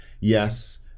yes